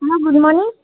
hello good morning